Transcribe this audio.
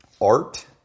art